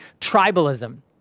tribalism